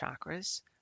chakras